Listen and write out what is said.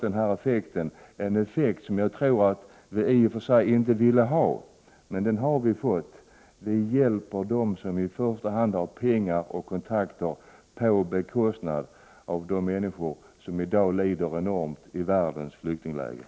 Effekten av denna politik har blivit att Sverige i första hand hjälper de människor som har pengar och kontakter på bekostnad av de människor som lider svårt i världens flyktingläger.